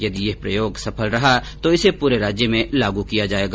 यदि यह प्रयोग सफल रहा तो इसे पूरे राज्य में लागू किया जायेगा